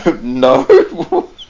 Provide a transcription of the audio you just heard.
No